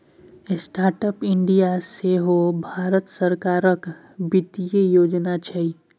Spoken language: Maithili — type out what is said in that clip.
स्टार्टअप इंडिया सेहो भारत सरकारक बित्तीय योजना छै